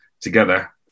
together